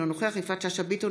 אינו נוכח יפעת שאשא ביטון,